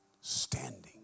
Standing